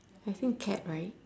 I think cat right